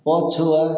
ପଛୁଆ